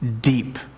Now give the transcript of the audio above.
deep